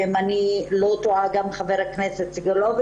ואם אני לא טועה גם של חבר הכנסת סגלוביץ'.